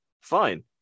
fine